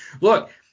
Look